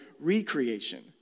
recreation